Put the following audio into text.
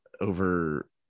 over